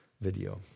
video